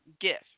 gift